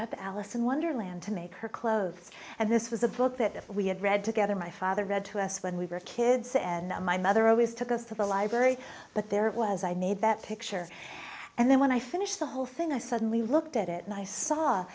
up alice in wonderland to make her clothes and this was a book that we had read together my father read to us when we were kids and my mother always took us to the library but there it was i made that picture and then when i finished the whole thing i suddenly looked at it and i saw